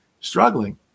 struggling